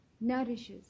nourishes